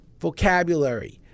Vocabulary